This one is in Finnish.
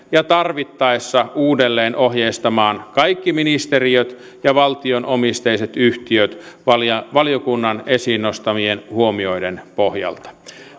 ja tarvittaessa uudelleen ohjeistamaan kaikki ministeriöt ja valtio omisteiset yhtiöt valiokunnan esiin nostamien huomioiden pohjalta